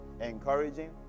encouraging